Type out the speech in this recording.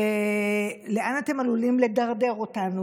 לאן אתם עלולים לדרדר אותנו?